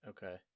Okay